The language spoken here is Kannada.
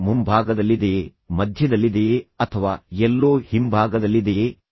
ಅದು ಮುಂಭಾಗದಲ್ಲಿದೆಯೇ ಮಧ್ಯದಲ್ಲಿದೆಯೇ ಅಥವಾ ಎಲ್ಲೋ ಹಿಂಭಾಗದಲ್ಲಿದೆಯೇ